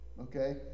okay